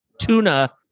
tuna